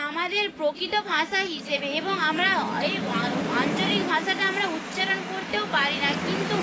আমাদের প্রকৃত ভাষা হিসেবে এবং আমরা এই আঞ্চলিক ভাষাটা আমরা উচ্চারণ করতেও পারি না কিন্তু